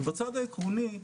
ובצד העקרוני,